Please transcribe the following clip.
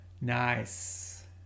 Nice